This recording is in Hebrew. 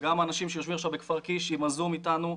וגם האנשים שיושבים עכשיו בכפר קיש עם הזום איתנו,